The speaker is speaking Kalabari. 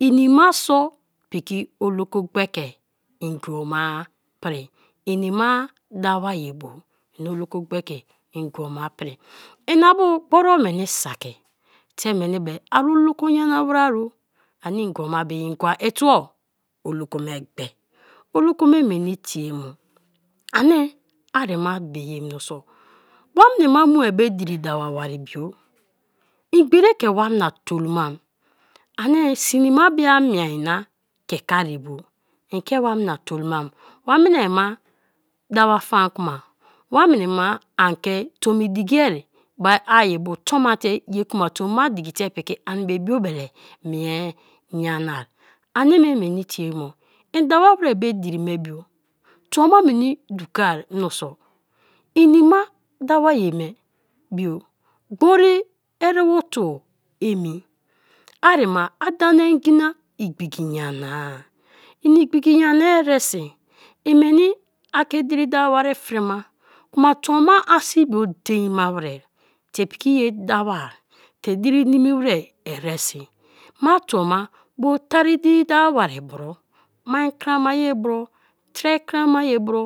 Inima so piki o lo kogbeke ngbo ma pri, ina ma dawo ye bu ini olo ko gbeke ngibo ma pri, ina bu gbor meni saki te meni be ari boko nya na were o, ani ngi ba be ye ituo oloko me gbe, oloko me meni tie mo, ani arima be ye mioso wa mini ba mue diri dawo wari bio i gberi ke wana tolomam anie cinema bio amie na ki kai ye bu ike wamna tolomam wa minia ma dawo faan kuma waminima an ke tomi dikia be ai bo tonma te ye kma tomma dikite ani be biobele mie nyana-a anime meni tie mo i dawo weri diri me bio tuoma meni dukoai mienso inima dawa ye me bio gbori erebo tuo emi arima ia da na ngi na igbiki n yana-a, ini igbiki nyana a eresi en meni a ki din dawo wari frima kma tuoma isibio dein ma were te pikiye dawa-e te diri nimi were eresi ma tuoma bo tari diri dawo wari bro, mai krama ye bro, tre krama ye bro,